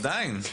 עדיין.